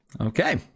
Okay